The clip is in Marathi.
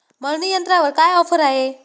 मळणी यंत्रावर काय ऑफर आहे?